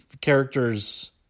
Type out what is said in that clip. characters